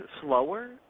slower